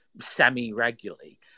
semi-regularly